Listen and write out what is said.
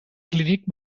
clínic